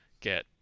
get